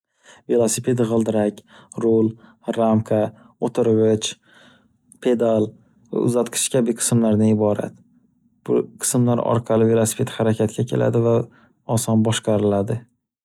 Velosiped g’ildirak, rul, ramka, o’tirg’ich, pedal va uzatqich kabi qismlardan iborat. Bu qismlar orqali velisiped harakatga keladi va oson boshqariladi.